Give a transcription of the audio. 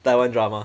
Taiwan drama